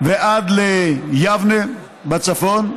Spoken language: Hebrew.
ועד ליבנה בצפון,